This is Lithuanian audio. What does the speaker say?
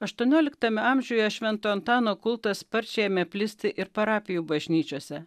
aštuonioliktame amžiuje švento antano kultas sparčiai ėmė plisti ir parapijų bažnyčiose